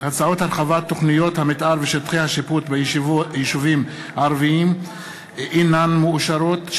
הרחבת תוכניות המתאר ושטחי השיפוט ביישובים הערביים אינן מאושרות,